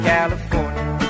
California